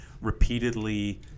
repeatedly –